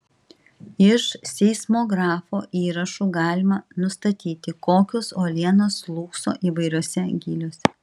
iš seismografo įrašų galima nustatyti kokios uolienos slūgso įvairiuose gyliuose